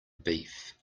beef